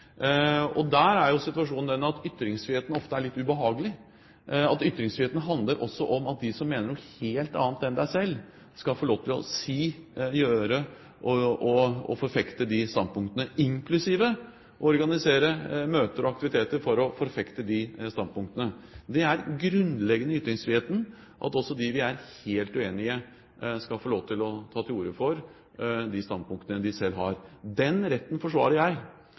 er den at ytringsfriheten ofte er litt ubehagelig. Ytringsfriheten handler også om at de som mener noe helt annet enn du selv, skal få lov til å gjøre det og forfekte de standpunktene, inklusiv å organisere møter og aktiviteter for å forfekte standpunktene. Det er grunnleggende ved ytringsfriheten at også de vi er helt uenige med, skal få lov til å ta til orde for de standpunktene de selv har. Den retten forsvarer jeg.